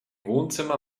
wohnzimmer